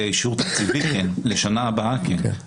באישור תקציבי כן, לשנה הבאה כן.